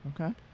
Okay